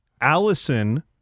Allison